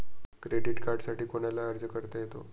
Credit कार्डसाठी कोणाला अर्ज करता येतो?